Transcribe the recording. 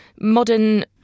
Modern